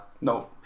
No